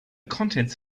contents